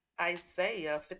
isaiah